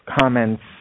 comments